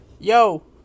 Yo